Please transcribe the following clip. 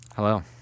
Hello